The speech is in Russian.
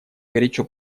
горячо